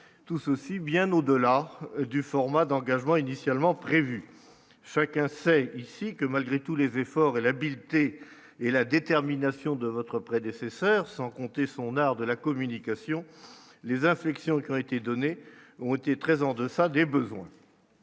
tout ceci, bien au-delà du format d'engagement initialement prévu, chacun sait ici que malgré tous les efforts et l'habileté et la détermination de votre prédécesseur, sans compter son art de la communication, les infections qui ont été données ont été très en deçà des besoins.